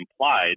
implied